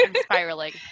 spiraling